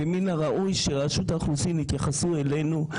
ומן הראוי שרשות האוכלוסין יתייחסו אלינו,